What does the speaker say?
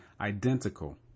identical